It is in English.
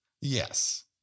Yes